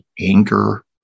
anger